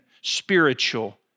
spiritual